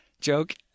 joke